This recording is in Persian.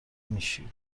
میشی